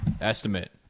estimate